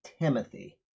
Timothy